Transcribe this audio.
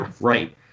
right